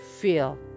feel